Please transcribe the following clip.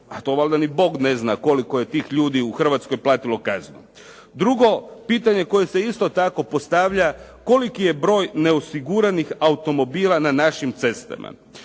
a to valjda ni Bog ne zna koliko je tih ljudi u Hrvatskoj platilo kaznu. Drugo, pitanje koje se isto tako postavlja. Koliki je broj neosiguranih automobila na našim cestama?